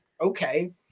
okay